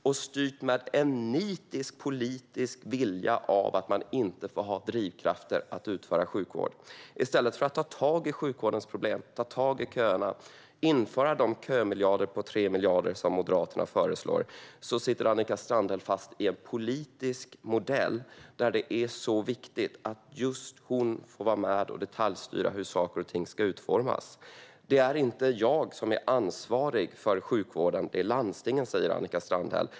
Där styrs med en nitisk politisk vilja: Man får inte ha drivkrafter att utföra sjukvård. I stället för att ta tag i sjukvårdens problem och köerna och införa de tre kömiljarder som Moderaterna föreslår sitter Annika Strandhäll fast i en politisk modell där det är så viktigt att just hon får vara med och detaljstyra hur saker och ting ska utformas. Det är inte jag som är ansvarig för sjukvården, utan det är landstingen, säger Annika Strandhäll.